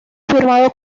firmado